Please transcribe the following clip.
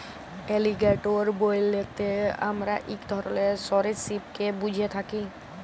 alligator বইলতে আমরা ইক ধরলের সরীসৃপকে ব্যুঝে থ্যাকি